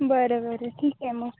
बरं बरं ठीक आहे मग